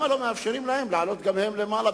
לעלות גם הם למעלה,